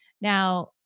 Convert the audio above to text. Now